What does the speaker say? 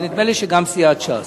ונדמה לי שגם סיעת ש"ס,